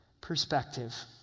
Perspective